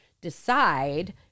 decide